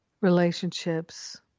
relationships